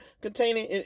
containing